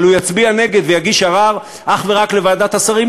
אבל הוא יצביע נגד ויגיש ערר אך ורק לוועדת השרים,